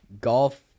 Golf